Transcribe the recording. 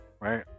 Right